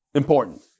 important